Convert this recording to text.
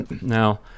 Now